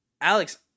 Alex